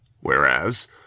whereas